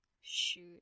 shoot